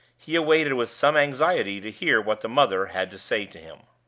he awaited with some anxiety to hear what the mother had to say to him.